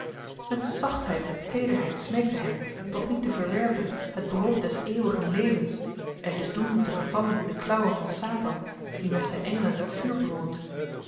met zachtheid en teederheid smeekt hy hem toch niet te verwerpen het brood des eeuwigen levens en dusdoende te vervallen in de klauwen van satan die met zyn engelen het vuur bewoont